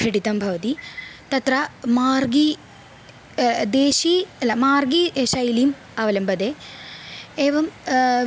कथितं भवति तत्र मार्गं देशीयम् अल्ल मार्गी शैलीम् अवलम्बते एवं